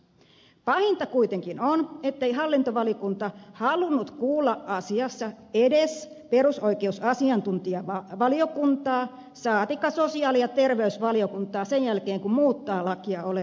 pahinta kuitenkin on ettei hallintovaliokunta halunnut kuulla asiassa edes perusoikeusasiantuntijavaliokuntaa saatikka sosiaali ja terveysvaliokuntaa sen jälkeen kun muuttaa lakia oleellisella tavalla